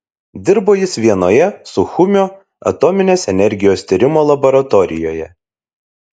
dirbo jis vienoje suchumio atominės energijos tyrimo laboratorijoje